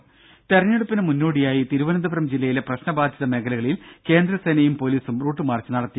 ദേഴ തെരഞ്ഞെടുപ്പിന് മുന്നോടിയായി തിരുവനന്തപുരം ജില്ലയിലെ പ്രശ്നബാധിത മേഖലകളിൽ കേന്ദ്ര സേനയും പോലീസും റൂട്ട് മാർച്ച് നടത്തി